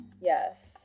Yes